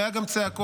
והיו גם צעקות.